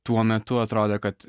tuo metu atrodė kad